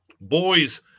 Boys